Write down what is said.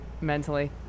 Mentally